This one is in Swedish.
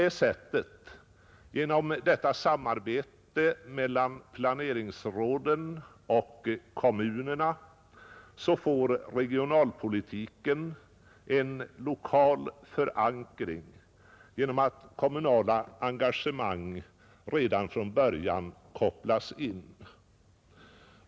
Tack vare detta samarbete mellan planeringsråden och kommunerna får regionalpolitiken en lokal förankring genom att kommunala engagemang redan från början kopplas in.